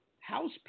house